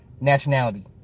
nationality